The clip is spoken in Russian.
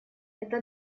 это